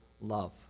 love